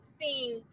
seeing